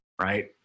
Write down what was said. right